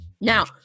Now